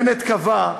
בנט קבע,